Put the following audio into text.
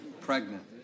pregnant